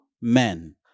men